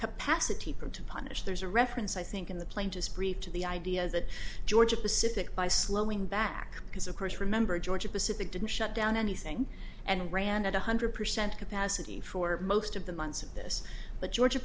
capacity for to punish there's a reference i think in the plain just briefed to the idea that georgia pacific by slowing back because of course remember georgia pacific didn't shut down anything and ran at one hundred percent capacity for most of the months of this but georgia